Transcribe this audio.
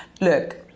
Look